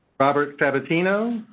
robert sabatino?